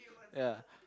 yeah